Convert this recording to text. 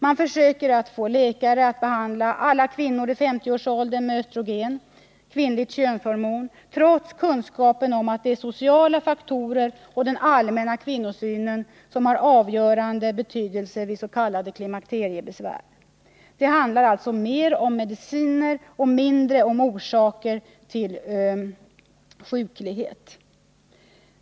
Man försöker få läkare att behandla alla kvinnor i 50-årsåldern med östrogen, kvinnligt könshormon, trots kunskapen om att det är sociala faktorer och den allmänna kvinnosynen som har avgörande betydelse vid s.k. klimakteriebesvär. Det handlar alltså mer om mediciner och mindre om orsakerna till sjuklighet.